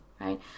right